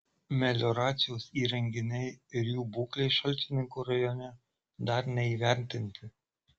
melioracijos įrenginiai ir jų būklė šalčininkų rajone dar neįvertinti